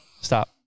Stop